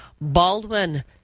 Baldwin